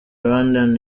rwandan